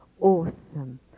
awesome